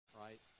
Right